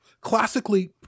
classically